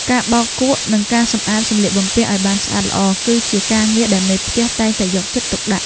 ការបោកគក់ និងការសម្អាតសម្លៀកបំពាក់ឱ្យបានស្អាតល្អ គឺជាការងារដែលមេផ្ទះតែងតែយកចិត្តទុកដាក់។